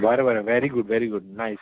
बरें बरें very good very good nice